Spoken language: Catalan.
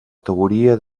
teoria